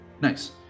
Nice